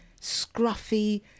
scruffy